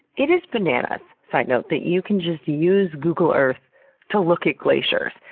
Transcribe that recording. it is bananas, sidenote, that you can just use google earth to look at glaciers.